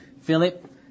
Philip